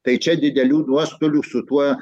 tai čia didelių nuostolių su tuo